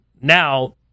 now